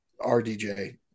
RDJ